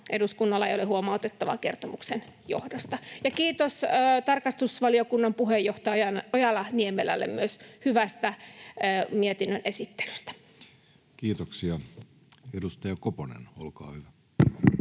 eduskunnalla ei ole huomautettavaa kertomuksen johdosta. Ja kiitos tarkastusvaliokunnan puheenjohtaja Ojala-Niemelälle myös hyvästä mietinnön esittelystä. [Speech 108] Speaker: